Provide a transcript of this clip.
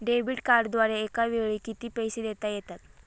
Debit कार्डद्वारे एकावेळी किती पैसे देता येतात?